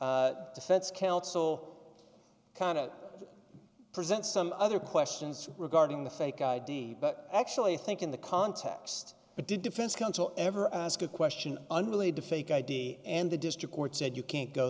four defense counsel kind of presents some other questions regarding the fake id but actually i think in the context of did defense counsel ever ask a question unrelated to fake i d and the district court said you can't go